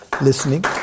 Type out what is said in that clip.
listening